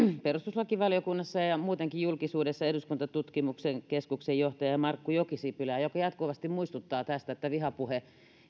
perustuslakivaliokunnassa ja ja muutenkin julkisuudessa eduskuntatutkimuksen keskuksen johtajaa markku jokisipilää joka jatkuvasti muistuttaa siitä että vihapuhe